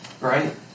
right